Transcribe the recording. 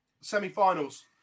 Semi-finals